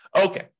Okay